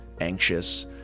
anxious